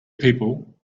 people